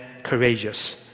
courageous